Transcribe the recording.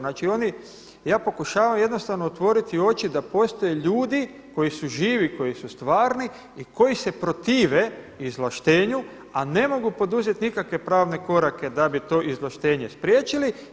Znači oni, ja pokušavam jednostavno otvoriti oči da postoje ljudi koji su živi, koji su stvarni i koji se protive izvlaštenju a ne mogu poduzeti nikakve pravne korake da bi to izvlaštenje spriječili.